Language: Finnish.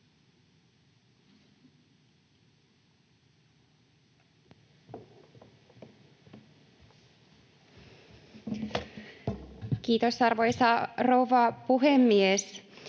Kiitos, arvoisa rouva puhemies!